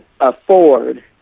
afford